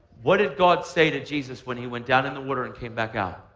what did god say to jesus when he went down in the water and came back out?